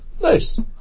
Nice